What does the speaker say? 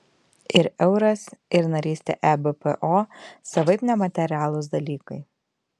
ir euras ir narystė ebpo savaip nematerialūs dalykai